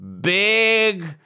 Big